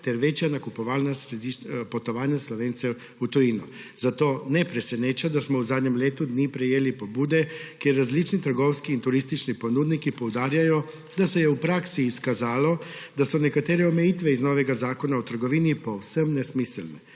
ter večja nakupovalna potovanja Slovencev v tujino. Zato ne preseneča, da smo v zadnjem letu dni prejeli pobude, kjer različni trgovski in turistični ponudniki poudarjajo, da se je v praksi izkazalo, da so nekatere omejitve iz novega Zakona o trgovini povsem nesmiselne.